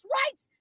rights